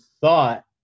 thought